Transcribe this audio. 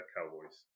Cowboys